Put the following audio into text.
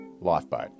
lifeboat